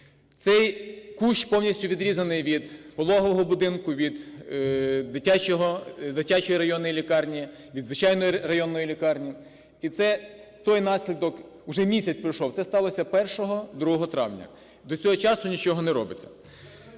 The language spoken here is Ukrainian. Цей кущ повністю відрізаний від пологового будинку, від дитячої районної лікарні, від звичайної районної лікарні. І це той наслідок… Вже місяць пройшов, це сталося 1-2 травня. До цього часу нічого не робиться.